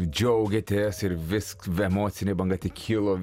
džiaugėtės ir visk emocinė banga tik kilo